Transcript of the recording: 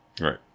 Right